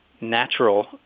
natural